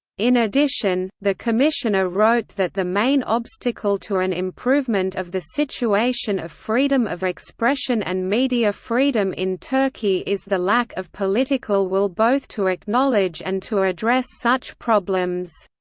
in addition, the commissioner wrote that the main obstacle to an improvement of the situation of freedom of expression and media freedom in turkey is the lack of political will both to acknowledge and to address such problems.